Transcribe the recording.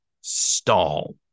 stall